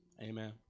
Amen